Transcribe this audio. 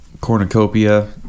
cornucopia